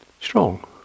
strong